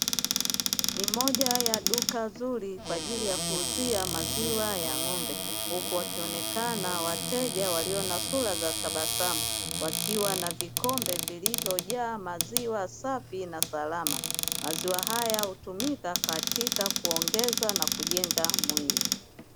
Ni moja ya duka zuri kwa ajili ya kuuzia maziwa ya ng'ombe. Huku wakionekana wateja walio na sura za tabasamu wakiwa na vikombe vilivyojaa maziwa safi na salama. Maziwa haya hutumika katika kuongeza na kujenga mwili.